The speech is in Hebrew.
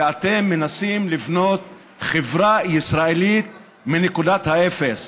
ואתם מנסים לבנות חברה ישראלית מנקודת האפס.